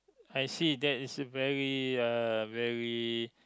I see that is a very uh very